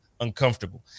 uncomfortable